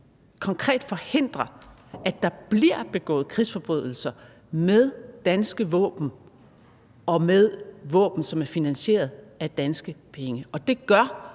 konkret at forhindre, at der bliver begået krigsforbrydelser med danske våben og med våben, som er finansieret af danske penge, og det gør